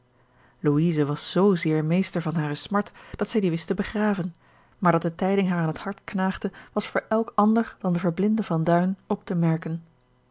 was z zeer meester van hare smart dat zij die wist te begraven maar dat de tijding haar aan het hart knaagde was voor elk ander dan den verblinden van duin op te merken